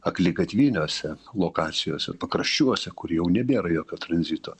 akligatviniose lokacijose pakraščiuose kur jau nebėra jokio tranzito